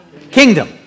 kingdom